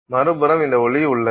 மறுபுறம் இந்த ஒளி உள்ளது